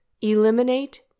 Eliminate